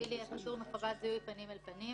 מפעיל יהיה פטור מחובת זיהוי פנים אל פנים,